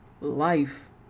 life